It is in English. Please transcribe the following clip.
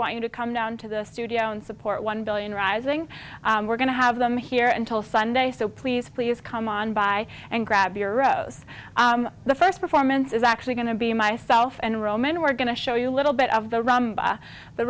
want you to come down to the studio and support one billion rising we're going to have them here until sunday so please please come on by and grab your rose the first performance is actually going to be myself and roman we're going to show you a little bit of the